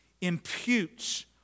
impute